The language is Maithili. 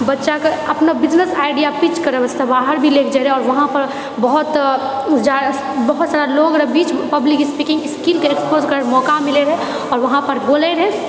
बच्चाके अपना बिजनेस आइडिया पिच कराबै वास्ते बाहर भी लैके जाए रहै आओर वहाँपर बहुत जा बहुत सारा लोग रहै बीच पब्लिक स्पीकिङ स्किलके एक्सपोज करैके मौका मिले रहै वहाँपर बोलय रहै